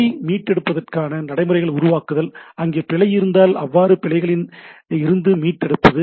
பிழை மீட்டெடுப்பதற்கான நடைமுறைகளை உருவாக்குதல் அங்கே பிழை இருந்தால் எவ்வாறு அந்த பிழைகளில் இருந்து மீட்டெடுப்பது